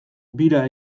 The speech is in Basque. bira